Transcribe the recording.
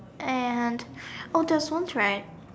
and oh there was once right